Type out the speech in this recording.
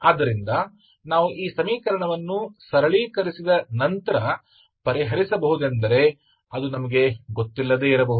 ಆದ್ದರಿಂದ ನಾವು ಈ ಸಮೀಕರಣವನ್ನು ಸರಳೀಕರಿಸಿದ ನಂತರ ಪರಿಹರಿಸಬಹುದೆಂದರೆ ಅದು ನಮಗೆ ಗೊತ್ತಿಲ್ಲದೇ ಇರಬಹುದು